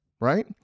right